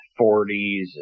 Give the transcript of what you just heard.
.40s